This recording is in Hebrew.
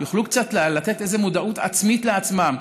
יוכלו קצת לתת איזו מודעות עצמית לעצמם,